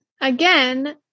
again